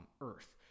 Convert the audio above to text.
earth